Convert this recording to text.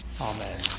Amen